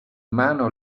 mano